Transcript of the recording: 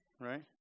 right